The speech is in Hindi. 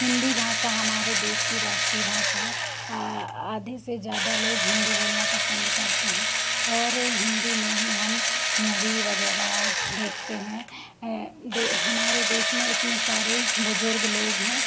हिन्दी भाषा हमारे देश की राष्ट्रीय भाषा है आधे से ज़्यादा लोग हिन्दी बोलना पसंद करते हैं और हिन्दी में ही हम मूवी वग़ैरह देखते हैं हमारे देश में इतने सारे बुज़ुर्ग लोग हैं